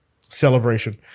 celebration